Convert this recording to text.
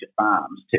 Farms